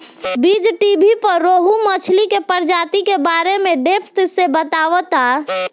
बीज़टीवी पर रोहु मछली के प्रजाति के बारे में डेप्थ से बतावता